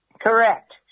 Correct